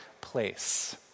place